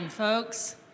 folks